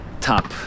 top